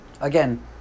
Again